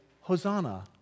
Hosanna